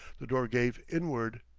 the door gave inward.